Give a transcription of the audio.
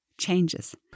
changes